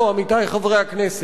והדאגה הזאת, עמיתי חברי הכנסת,